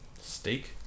steak